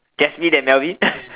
Jasmine and Melvin